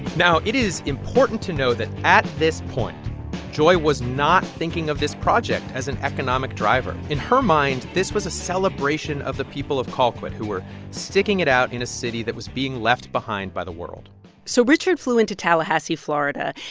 now it is important to know that at this point joy was not thinking of this project as an economic driver. in her mind, this was a celebration of the people of colquitt who sticking it out in a city that was being left behind by the world so richard flew into tallahassee, fla, and